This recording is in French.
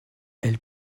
elle